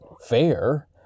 fair